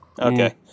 Okay